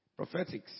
Prophetics